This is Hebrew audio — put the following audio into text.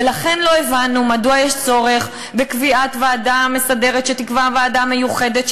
ולכן לא הבנו מדוע יש צורך בקביעת ועדה מסדרת שתקבע ועדה מיוחדת,